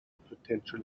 potential